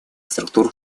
структур